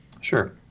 Sure